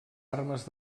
armes